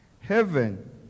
Heaven